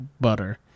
butter